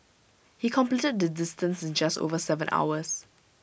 he completed the distance in just over Seven hours